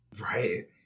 Right